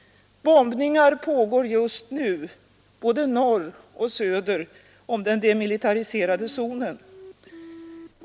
Bombningar pågår just nu, både norr och söder om den demilitariserade zonen.